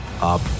up